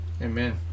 Amen